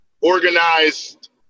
organized